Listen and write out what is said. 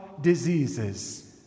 diseases